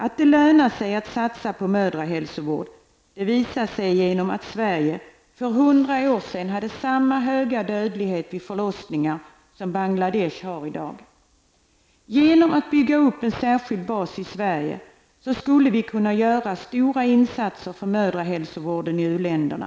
Att det lönar sig att satsa på mödrahälsovård framgår av det faktum att Sverige för hundra år sedan hade samma höga dödlighetstal vid förlossningar som Bangladesh har i dag. Genom att bygga upp en särskild bas i Sverige skulle vi kunna göra stora insatser för mödrahälsovården i u-länderna.